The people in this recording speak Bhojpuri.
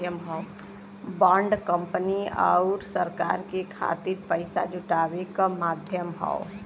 बॉन्ड कंपनी आउर सरकार के खातिर पइसा जुटावे क माध्यम हौ